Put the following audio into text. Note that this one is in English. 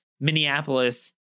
Minneapolis